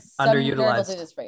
underutilized